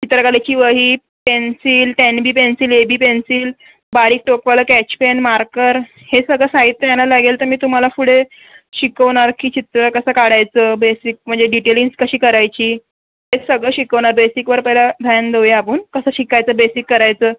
चित्रकलेची वही pencil ten B pencil A B pencil बारीक टोकवाला केच पेन मार्कर हे सगळं साहित्य आणायला लागेल तर मी तुम्हाला पुढे शिकवणार की चित्र कसं काढायचं बेसिक म्हणजे डिटेलिग्ज कशी करायची हे सगळं शिकवणार बेसिकवर पहिलं ध्यान देऊया आपण कसं शिकायचं बेसिक करायचं